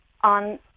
on